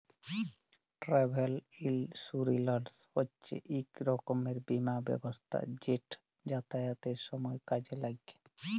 travel insurance হছে ইক রকমের বীমা ব্যবস্থা যেট যাতায়াতের সময় কাজে ল্যাগে